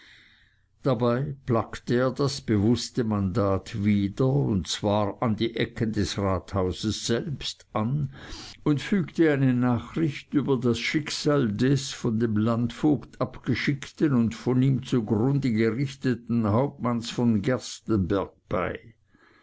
dabei plackte er das bewußte mandat wieder und zwar an die ecken des rathauses selbst an und fügte eine nachricht über das schicksal des von dem landvogt abgeschickten und von ihm zugrunde gerichteten hauptmanns von gerstenberg bei